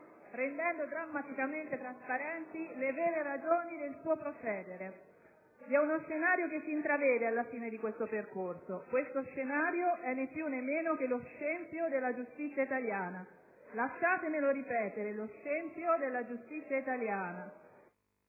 rendendo drammaticamente trasparenti le vere ragioni del suo procedere. Vi è uno scenario che si intravede, alla fine di questo percorso. Questo scenario è né più né meno che lo scempio della giustizia italiana. Lasciatemelo ripetere: lo scempio della giustizia italiana.